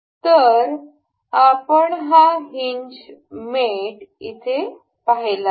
तर आपण हा हिनज मेट इथे पाहिला आहे